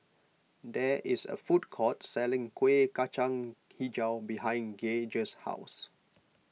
there is a food court selling Kuih Kacang HiJau behind Gaige's house